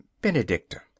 Benedicta